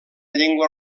llengua